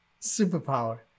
superpower